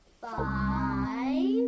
five